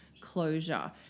closure